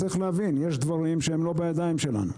צריך להבין, יש דברים שהם לא בידיים שלנו.